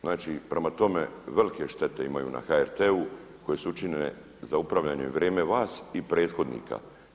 Znači prema tome velike štete imaju na HRT-u koje su učinjene za upravljanje vrijeme vas i prethodnika.